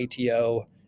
ATO